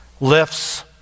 lifts